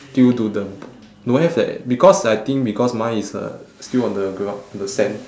due to the don't have eh because I think because mine is uh still on the gro~ the sand